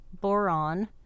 boron